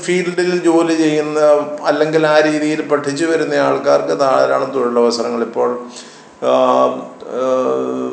ഫീൽഡിൽ ജോലി ചെയ്യുന്ന അല്ലെങ്കിൽ ആ രീതിയിൽ പഠിച്ച് വരുന്നയാൾക്കാർക്ക് ധാരാളം തൊഴിലവസരങ്ങളിപ്പോൾ